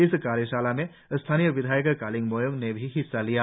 इस कार्यशाला में स्थानीय विधायक कालिंग मोयोंग ने भी हिस्सा लिया